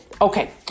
Okay